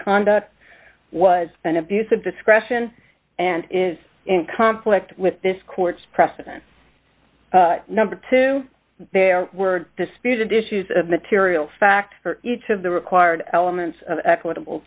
conduct was an abuse of discretion and is in conflict with this court's precedents number two there were disputed issues of material fact each of the required elements of equitable